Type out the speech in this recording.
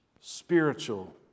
Spiritual